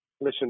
listen